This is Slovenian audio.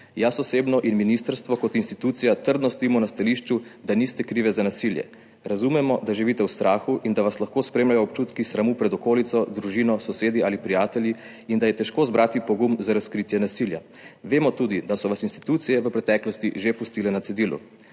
Jaz osebno in ministrstvo kot institucija trdno stojimo na stališču, da niste krive za nasilje. Razumemo, da živite v strahu, da vas lahko spremljajo občutki sramu pred okolico, družino, sosedi ali prijatelji in da je težko zbrati pogum za razkritje nasilja. Vemo tudi, da so vas institucije v preteklosti že pustile na cedilu.